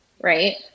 right